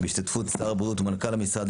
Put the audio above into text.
בהשתתפות שר הבריאות ומנכ"ל המשרד,